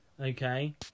Okay